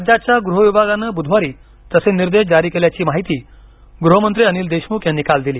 राज्याच्या गहविभागानं बुधवारी तसे निर्देश जारी केल्याची माहिती गृहमंत्री अनिल देशमुख यांनी काल दिली